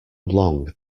long